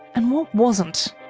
and what wasn't?